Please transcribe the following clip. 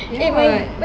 ya [what]